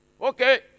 Okay